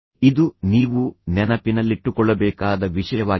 ಇದು ನೀವು ನೆನಪಿನಲ್ಲಿಟ್ಟುಕೊಳ್ಳಬೇಕಾದ ವಿಷಯವಾಗಿದೆ